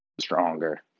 stronger